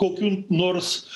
kokių nors